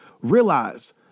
realize